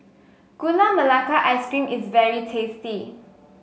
Gula Melaka Ice Cream is very tasty